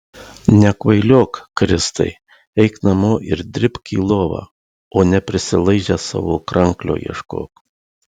nekvailiok kristai eik namo ir dribk į lovą o ne prisilaižęs savo kranklio ieškok